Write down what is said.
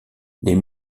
les